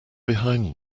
behind